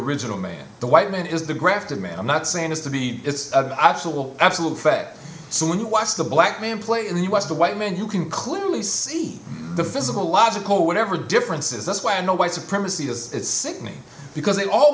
original man the white man is the grafted man i'm not saying this to be it's optional absolute fag so when you watch the black man play and he was a white man you can clearly see the physical logical whatever differences that's why i know white supremacy has it's sickening because they all